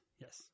yes